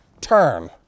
turn